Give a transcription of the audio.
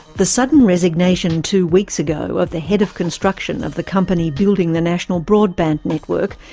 the sudden resignation two weeks ago of the head of construction of the company building the national broadband network,